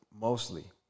mostly